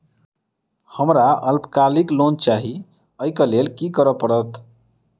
हमरा अल्पकालिक लोन चाहि अई केँ लेल की करऽ पड़त?